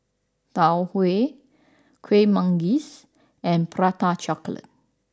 Tau Huay Kuih Manggis and Prata Chocolate